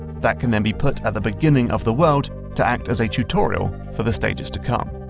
that can then be put at the beginning of the world, to act as a tutorial for the stages to come.